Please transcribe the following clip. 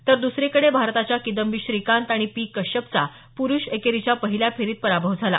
तर दुसरीकडे भारताच्या किदंबी श्रीकांत आणि पी कश्यपचा प्रुष एकेरीच्या पहिल्या फेरीत पराभव झाला